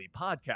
Podcast